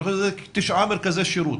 אני חושב שזה תשעה מרכזי שירות,